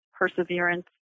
perseverance